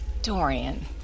Dorian